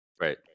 right